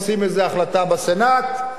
עושים איזו החלטה בסנאט,